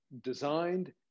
designed